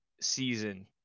season